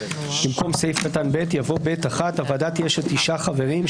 (1)במקום סעיף קטן (ב) יבוא: "(ב) (1)הוועדה תהיה של תשעה חברים,